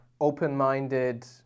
open-minded